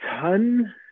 ton